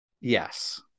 Yes